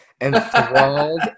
enthralled